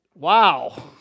wow